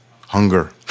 hunger